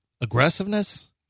aggressiveness